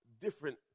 different